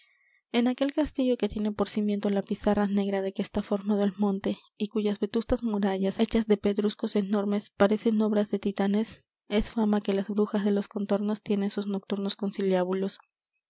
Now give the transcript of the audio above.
en aquel castillo que tiene por cimiento la pizarra negra de que está formado el monte y cuyas vetustas murallas hechas de pedruscos enormes parecen obras de titanes es fama que las brujas de los contornos tienen sus nocturnos conciliábulos